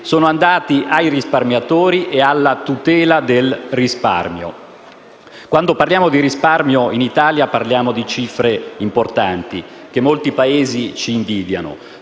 sono andati ai risparmiatori e a tutela del risparmio. Quando parliamo di risparmio in Italia facciamo riferimento a cifre importanti, che molti Paesi ci invidiano.